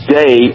day